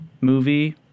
movie